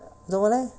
做么 leh